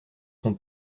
son